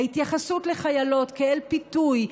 ההתייחסות לחיילות כאל פיתוי,